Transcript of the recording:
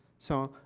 so,